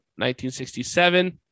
1967